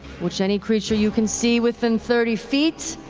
which any creature you can see within thirty feet,